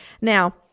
Now